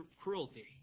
cruelty